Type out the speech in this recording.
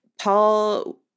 Paul